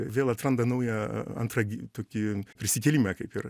vėl atranda naują antrą tokį prisikėlimą kaip ir